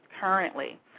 currently